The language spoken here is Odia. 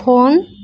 ଫୋନ୍